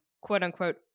quote-unquote